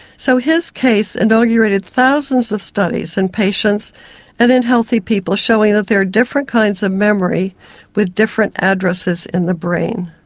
so his case inaugurated thousands of studies in patients and in healthy people showing there are different kinds of memory with different addresses in the brain.